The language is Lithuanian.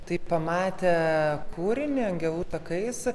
tai pamatę kūrinį angelų takais